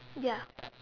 ya